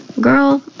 Girl